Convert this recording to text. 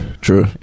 true